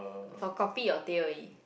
for kopi or teh only